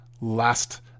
last